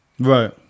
Right